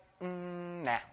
nah